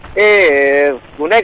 a like